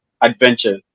Adventure